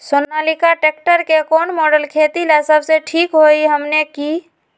Sonalika tractor के कौन model खेती ला सबसे ठीक होई हमने की?